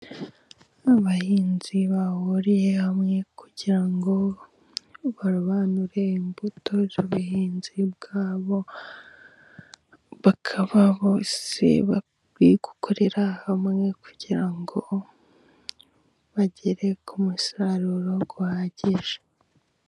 Abahinzi bahuriye hamwe ,kugira ngo barobanure imbuto z'ubuhinzi bwabo bakaba bose bari gukorera hamwe, kugira ngo bagere ku musaruro uhagije.